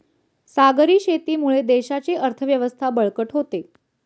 सागरी शेतीमुळे देशाची अर्थव्यवस्था बळकट होते